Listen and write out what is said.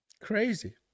Crazy